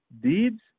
deeds